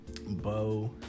Bo